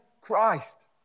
Christ